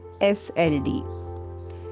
SLD